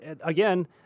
again